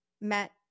met